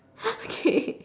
okay